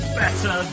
better